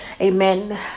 amen